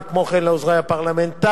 וכמו כן לעוזרי הפרלמנטריים,